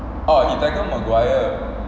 oh he tackle maguire